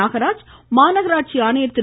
நாகராஜ் மாநகராட்சி ஆணையர் திரு